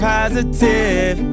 positive